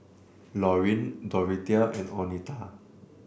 Lauryn Dorothea and Oneta